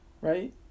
Right